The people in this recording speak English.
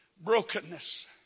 brokenness